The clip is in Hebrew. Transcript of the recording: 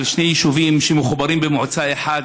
על שני יישובים שמחוברים במועצה אחת,